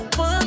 one